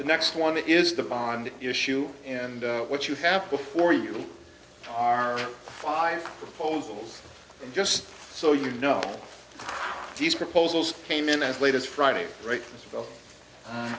the next one is the bond issue and what you have before you are five proposals just so you know these proposals came in as late as friday